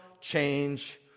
change